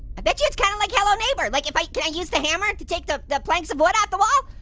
i betcha it's kind of like hello neighbor, like can i yeah use the hammer to take the the planks of wood off the wall?